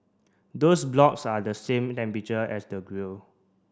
those blocks are the same temperature as the grill